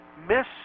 Miss